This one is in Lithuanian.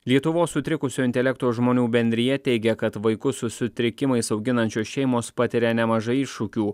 lietuvos sutrikusio intelekto žmonių bendrija teigia kad vaikus su sutrikimais auginančios šeimos patiria nemažai iššūkių